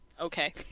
Okay